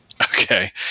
Okay